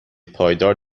پایدار